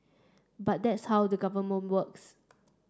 but that's how the Government works